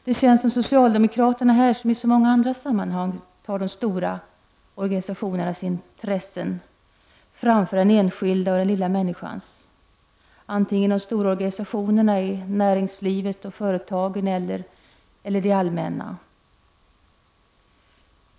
Det känns som om socialdemokraterna i detta fall — liksom i så många andra sammanhang - tillgodoser de stora organisationernas intresse framför den enskildes och den lilla människans — antingen de stora organisationerna är näringslivet, företagen eller det allmänna.